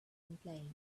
complained